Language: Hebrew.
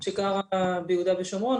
שגרה ביהודה ושומרון,